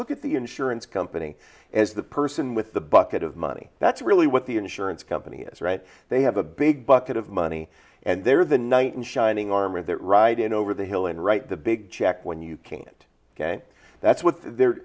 look at the insurance company as the person with the bucket of money that's really what the insurance company is right they have a big bucket of money and they're the knight in shining armor that ride in over the hill and write the big check when you can't that's what they're